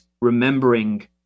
remembering